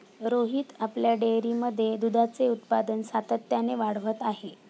रोहित आपल्या डेअरीमध्ये दुधाचे उत्पादन सातत्याने वाढवत आहे